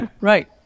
Right